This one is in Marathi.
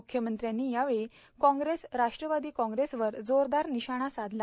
म्ख्यमंत्र्यांनी यावेळी काँग्रस राष्ट्रवादी काँग्रेरसवर जोरदार निशाणा साधला